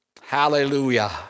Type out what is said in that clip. Hallelujah